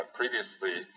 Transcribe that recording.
previously